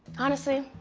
honestly,